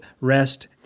rest